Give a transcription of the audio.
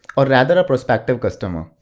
or rather a prospective customer.